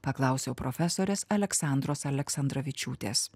paklausiau profesorės aleksandros aleksandravičiūtės